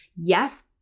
Yes